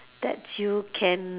that you can